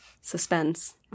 suspense